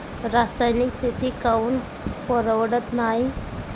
रासायनिक शेती काऊन परवडत नाई?